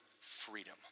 freedom